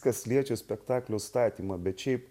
kas liečia spektaklių statymą bet šiaip